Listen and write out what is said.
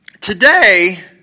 today